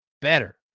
better